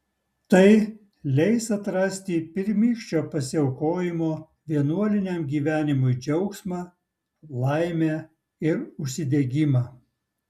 tai leis atrasti pirmykščio pasiaukojimo vienuoliniam gyvenimui džiaugsmą laimę ir užsidegimą